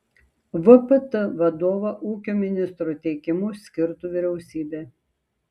vpt vadovą ūkio ministro teikimu skirtų vyriausybė